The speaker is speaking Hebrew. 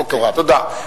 תודה.